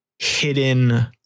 hidden